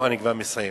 אני כבר מסיים.